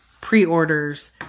pre-orders